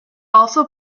also